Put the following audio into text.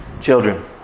children